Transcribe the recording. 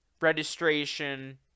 registration